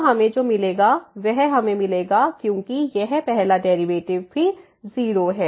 तो हमें जो मिलेगा वह हमें मिलेगा क्योंकि यह पहला डेरिवेटिव भी 0 है